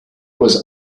was